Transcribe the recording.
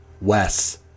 Wes